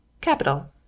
Capital